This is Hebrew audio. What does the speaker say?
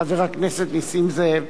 חבר הכנסת נסים זאב,